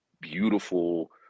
beautiful